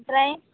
ओमफ्राय